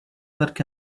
that